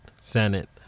Senate